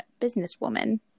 businesswoman